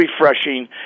refreshing